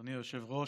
אדוני היושב-ראש,